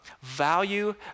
value